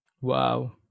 wow